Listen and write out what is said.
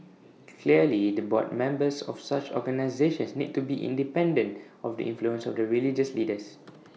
clearly the board members of such organisations need to be independent of the influence of the religious leaders